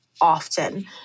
often